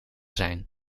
zijn